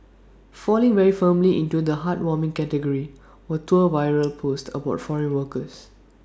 falling very firmly into the heartwarming category were two viral posts about foreign workers